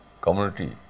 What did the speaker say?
community